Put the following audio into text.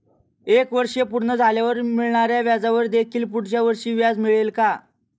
एक वर्ष पूर्ण झाल्यावर मिळणाऱ्या व्याजावर देखील पुढच्या वर्षी व्याज मिळेल का?